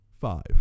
Five